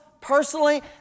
personally